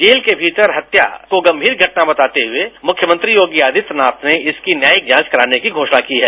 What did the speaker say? jail के भीतर हत्याक को गंभीर घटना बताते हुए मुख्यमंत्री योगी आदित्यनाथ ने इसकी न्यायिक जांच कराने की घोषणा की है